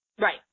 Right